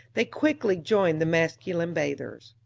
they quickly joined the masculine bathers.